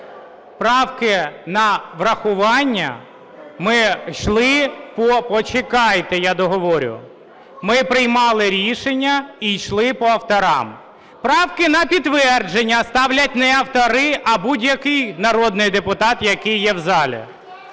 Правки на врахування, ми йшли.. Почекайте, я договорю! Ми приймали рішення і йшли по авторам. Правки на підтвердження ставлять не автори, а будь-який народний депутат, який є в залі.